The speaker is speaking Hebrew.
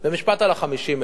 משפט על ה-50,000,